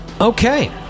Okay